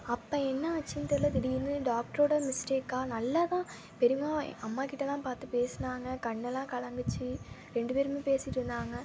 அப்போ என்னாச்சுன்னு தெரில திடீர்ன்னு டாக்டரோட மிஸ்டேக்காக நல்லா தான் பெரிம்மா அம்மாக்கிட்ட தான் பார்த்து பேசுனாங்க கண்ணு எல்லாம் கலங்கிச்சி ரெண்டு பேருமே பேசிட்டுருந்தாங்க